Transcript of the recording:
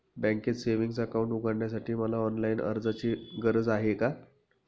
बँकेत savings account उघडण्यासाठी मला ऑनलाईन अर्जाची गरज आहे का?